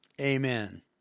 Amen